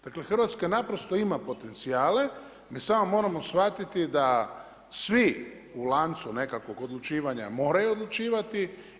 Dakle Hrvatska ima potencijale, mi samo moramo shvatiti da svi u lancu nekakvog odlučivanja moraju odlučivati.